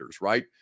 right